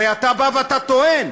הרי אתה בא ואתה טוען,